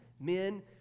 men